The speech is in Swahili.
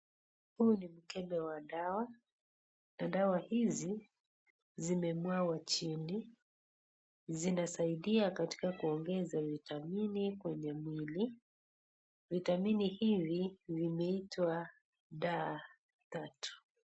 Huu ni mkebe wa dawa. Na dawa hizi zime mwagwa chini. Zinasaidia katika kuangeza vitamini kwenye mwili. Dawa hizi zinaitwa da tatu.